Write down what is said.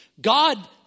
God